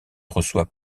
reçoit